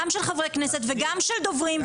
גם של חברי כנסת וגם של דוברים,